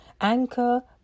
Anchor